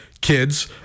kids